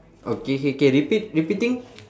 okay K K repeat repeating